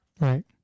Right